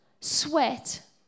sweat